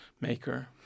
maker